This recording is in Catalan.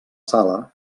sala